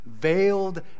veiled